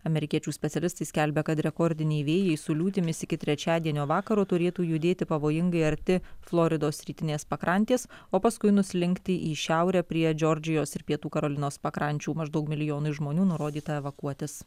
amerikiečių specialistai skelbia kad rekordiniai vėjai su liūtimis iki trečiadienio vakaro turėtų judėti pavojingai arti floridos rytinės pakrantės o paskui nuslinkti į šiaurę prie džordžijos ir pietų karolinos pakrančių maždaug milijonui žmonių nurodyta evakuotis